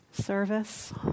Service